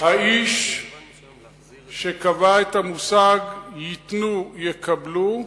האיש שקבע את המושג "ייתנו, יקבלו",